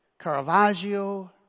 Caravaggio